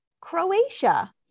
croatia